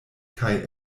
kaj